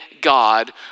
God